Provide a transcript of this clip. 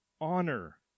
honor